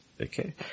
Okay